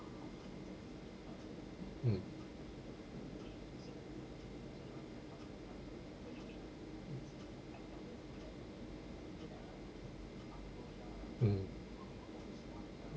mm mm